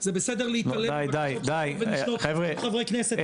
זה בסדר להתעלם מחברי כנסת?